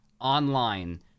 online